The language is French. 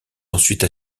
ensuite